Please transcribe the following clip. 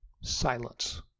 Silence